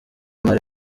mali